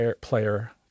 player